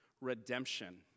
redemption